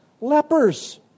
lepers